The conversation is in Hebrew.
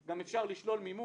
למשל,